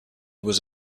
was